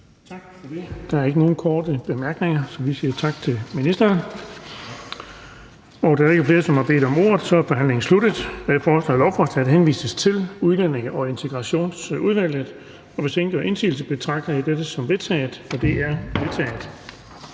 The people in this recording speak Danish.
Tak for det. Der er ikke nogen korte bemærkninger, så vi siger tak til ministeren. Da der ikke flere, som har bedt om ordet, er forhandlingen sluttet. Jeg foreslår, at lovforslaget henvises til Udlændinge- og Integrationsudvalget. Hvis ingen gør indsigelse, betragter jeg dette som vedtaget. Det er vedtaget.